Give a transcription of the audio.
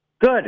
Good